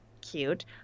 cute